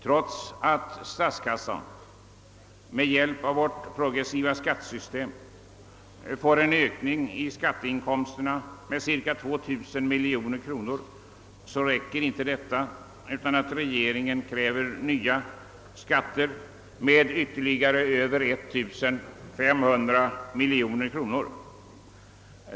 Trots att statskassan med hjälp av vårt progressiva skattesystem får cirka 2 000 miljoner kronor i nya skatteinkomster, så räcker inte detta, utan regeringen kräver nya skatter med ytterligare över 1500 miljoner kronor.